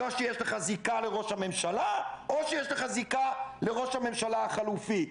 או שיש לך זיקה לראש הממשלה או שיש לך זיקה לראש הממשלה החלופי.